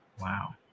Wow